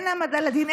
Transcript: אין העמדה לדין,